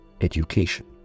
education